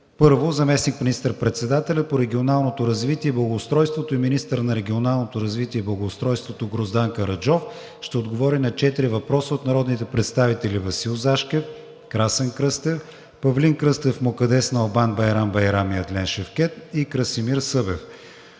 г.: 1. Заместник министър-председателят по регионалното развитие и благоустройството и министър на регионалното развитие и благоустройството Гроздан Караджов ще отговори на 4 въпроса от народните представители Васил Зашкев; Красен Кръстев; Павлин Кръстев, Мукаддес Налбант, Байрам Байрам и Адлен Шевкед; и Красимир Събев.